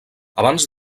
abans